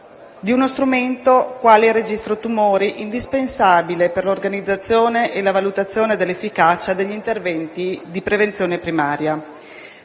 di uno strumento quale il registro tumori, indispensabile per l'organizzazione e la valutazione dell'efficacia degli interventi di prevenzione primaria.